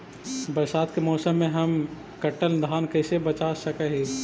बरसात के मौसम में हम कटल धान कैसे बचा सक हिय?